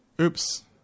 Oops